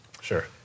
Sure